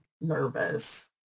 nervous